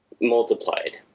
multiplied